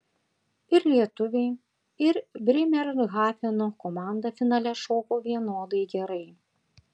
ir lietuviai ir brėmerhafeno komanda finale šoko vienodai gerai